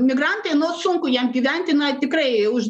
migrantai nu sunku jiem gyventi na tikrai už